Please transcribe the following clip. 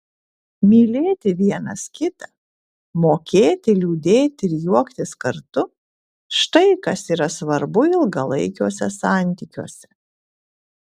mylėti vienas kitą mokėti liūdėti ir juoktis kartu štai kas yra svarbu ilgalaikiuose santykiuose